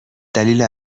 دلیل